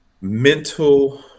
mental